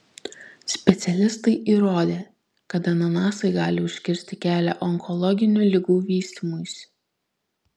specialistai įrodė kad ananasai gali užkirsti kelią onkologinių ligų vystymuisi